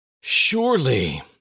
Surely